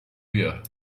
بیار